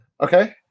Okay